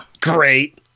Great